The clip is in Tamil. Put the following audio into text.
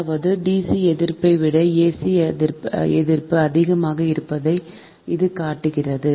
அதாவது dc எதிர்ப்பை விட ac எதிர்ப்பு அதிகமாக இருப்பதை இது காட்டுகிறது